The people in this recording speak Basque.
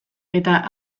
eta